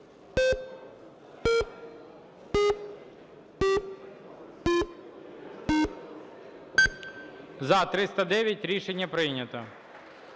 За-309 Рішення прийнято.